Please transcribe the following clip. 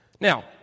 Now